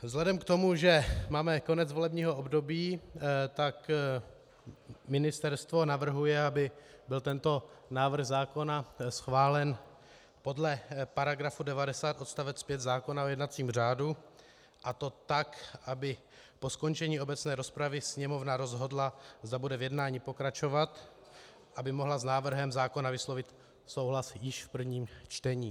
Vzhledem k tomu, že máme konec volebního období, Ministerstvo navrhuje, aby byl tento návrh zákona schválen podle § 90 odst. 5 zákona o jednacím řádu, a to tak, aby po skončení obecné rozpravy Sněmovna rozhodla, zda bude v jednání pokračovat, aby mohla s návrhem zákona vyslovit souhlas již v prvním čtení.